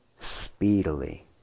speedily